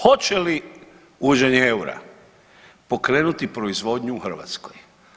Hoće li uvođenje eura pokrenuti proizvodnju u Hrvatskoj?